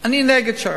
אני נגד שר"פ.